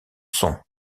son